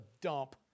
dump